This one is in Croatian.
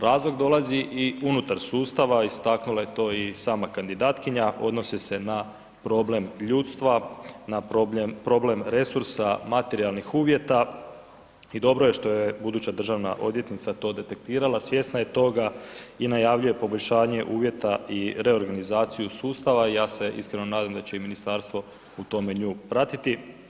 Razlog dolazi i unutar sustava, istaknula je to i sama kandidatkinja, odnose se na problem ljudstva, na problem resursa materijalnih uvjeta i dobro je što je buduća državna odvjetnica to detektirala, svjesna je toga i najavljuje poboljšanje uvjeta i reorganizaciju sustava i ja se iskreno nadam da će i ministarstvo u tome nju pratiti.